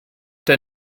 der